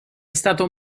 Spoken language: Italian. stato